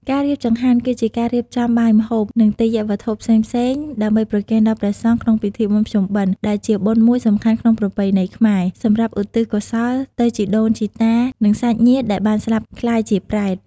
ការរៀបចង្ហាន់ គឺជាការរៀបចំបាយម្ហូប និងទេយ្យវត្ថុផ្សេងៗ ដើម្បីប្រគេនដល់ព្រះសង្ឃ ក្នុងពិធីបុណ្យភ្ជុំបិណ្ឌ ដែលជាបុណ្យមួយសំខាន់ក្នុងប្រពៃណីខ្មែរ សម្រាប់ឧទិសកោសលទៅជីដូន ជីតា និងសាច់ញាតិដែលបានស្លាប់ក្លាយជាប្រេត។